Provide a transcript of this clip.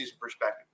perspective